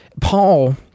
paul